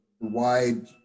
wide